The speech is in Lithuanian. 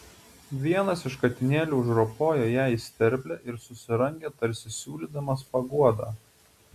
vienas iš katinėlių užropojo jai į sterblę ir susirangė tarsi siūlydamas paguodą